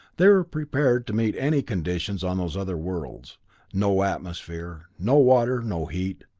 they were prepared to meet any conditions on those other worlds no atmosphere, no water, no heat,